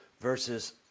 versus